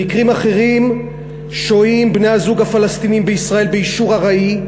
במקרים אחרים שוהים בני-הזוג הפלסטינים בישראל באישור ארעי,